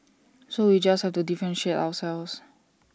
so we just have to differentiate ourselves